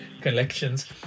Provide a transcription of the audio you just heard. collections